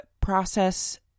process